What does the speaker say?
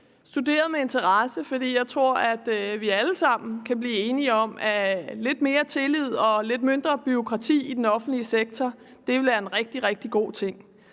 studeret med interesse, for jeg tror, at vi alle sammen kan blive enige om, at lidt mere tillid og lidt mindre bureaukrati i den offentlige sektor ville være en rigtig god ting.